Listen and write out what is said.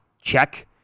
Check